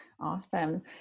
Awesome